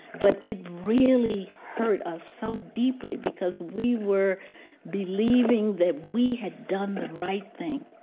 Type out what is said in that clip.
but it really hurt us so deeply because we were believing that we had done the right thing,